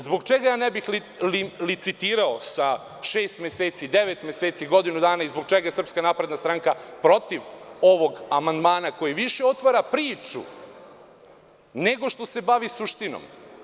Zbog čega ne bih licitirao sa šest meseci, devet meseci, godinu dana i zbog čega SNS protiv ovog amandmana koji više otvara priču nego što se bavi suštinom.